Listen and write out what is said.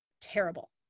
terrible